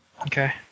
Okay